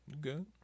Good